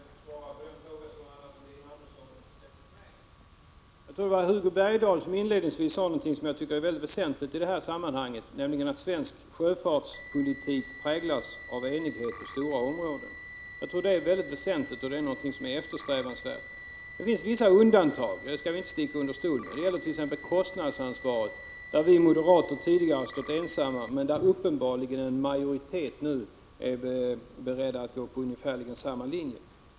Herr talman! Jag skall bara i korthet svara på den fråga som Anna Wohlin-Andersson ställde till mig. Jag tror att det var Hugo Bergdahl som inledningsvis sade någonting som jag tycker är väsentligt i det här sammanhanget, nämligen att svensk sjöfartspolitik präglas av enighet på stora områden. Det är något mycket väsentligt och eftersträvansvärt. Men det finns vissa undantag, det skall vi inte sticka under stol med. Det gäller t.ex. kostnadsansvaret, där vi moderater tidigare stått ensamma, men där uppenbarligen en majoritet nu är beredd att gå på ungefärligen samma linje.